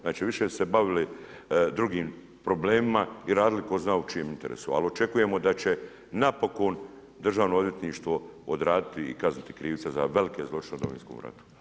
Znači više su se bavile drugim problemima i radili tko zna u čijem interesu, ali očekujemo da će napokon državno odvjetništvo odraditi i kazniti krivca za velike zločine u Domovinskom ratu.